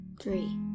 Three